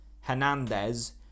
Hernandez